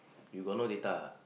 you got no data ah